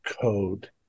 code